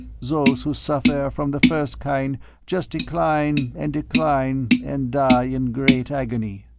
those who suffer from the first kind just decline and decline and die in great agony.